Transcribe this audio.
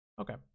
okay